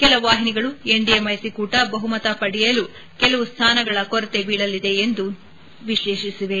ಕೆಲವು ವಾಹಿನಿಗಳು ಎನ್ಡಿಎ ಮೈತ್ರಿಕೂಟ ಬಹುಮತ ಪಡೆಯಲು ಕೆಲವು ಸ್ಥಾನಗಳ ಕೊರತೆ ಬೀಳಲಿದೆ ಎಂದು ವಿಶ್ಲೇಷಿಸಿವೆ